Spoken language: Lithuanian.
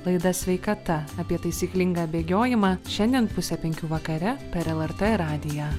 laida sveikata apie taisyklingą bėgiojimą šiandien pusę penkių vakare per lrt radiją